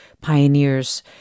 pioneers